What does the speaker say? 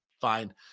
fine